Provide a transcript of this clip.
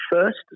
first